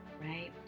right